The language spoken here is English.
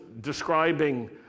describing